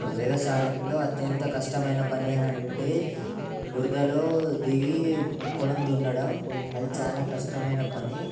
వ్యవసాయంలో అత్యంత కష్టమైన పని అని అంటే బురదలో దిగి పొలం దున్నడం అది చాలా కష్టమైన పని